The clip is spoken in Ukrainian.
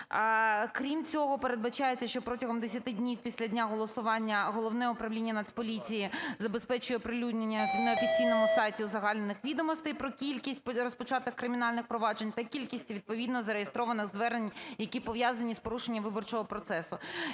Крім цього передбачається, що протягом 10 днів після дня голосування Головне управління Нацполіції забезпечує оприлюднення на офіційному сайті узагальнених відомостей про кількість розпочатих кримінальних проваджень та кількість відповідно зареєстрованих звернень, які пов'язані з порушенням виборчого процесу.